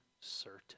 certain